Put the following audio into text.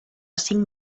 cinc